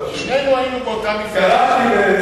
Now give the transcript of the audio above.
שנינו היינו באותה מפלגה.